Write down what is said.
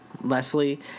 Leslie